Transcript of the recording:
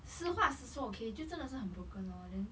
实话实说 okay 就真的是很 broken lor then